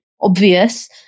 obvious